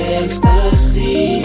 ecstasy